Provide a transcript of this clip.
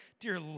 Dear